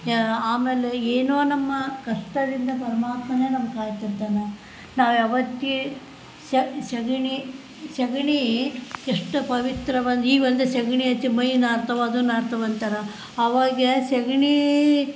ಯ ಆಮೇಲೆ ಏನೊ ನಮ್ಮ ಕಷ್ಟದಿಂದ ಪರಮಾತ್ಮನೆ ನಮ್ನ ಕಾಯ್ತಿರ್ತಾನೆ ನಾವು ಯಾವತ್ತಿ ಸಗಣಿ ಸಗಣಿ ಎಷ್ಟು ಪವಿತ್ರವಾದ ಈ ಒಂದು ಸಗ್ಣಿ ಹಚ್ಚಿ ಮೈ ನಾರ್ತವೆ ಅದು ನಾರ್ತವೆ ಅಂತಾರೆ ಆವಾಗ ಸಗ್ಣೀ